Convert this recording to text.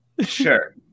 Sure